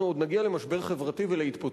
אנחנו עוד נגיע למשבר חברתי ולהתפוצצות.